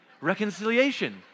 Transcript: Reconciliation